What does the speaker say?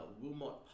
Wilmot